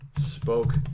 spoke